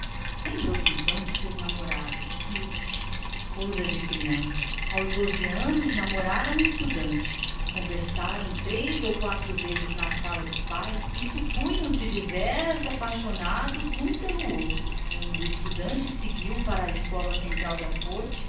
lembrou-se dos seus namoros riu-se coisas de criança aos doze anos namorara um estudante do liceu haviam conversado três ou quatro vezes na sala do pai e supunham se deveras apaixonados um pelo outro o estudante seguiu para a escola central da corte